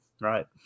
Right